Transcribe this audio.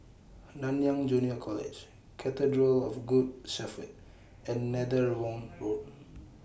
Nanyang Junior College Cathedral of Good Shepherd and Netheravon Road